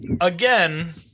Again